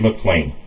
McLean